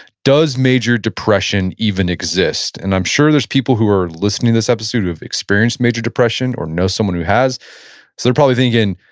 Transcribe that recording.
does major depression even exist? and i'm sure there's people who are listening to this episode who have experienced major depression or know someone who has, so they're probably thinking,